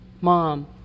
Mom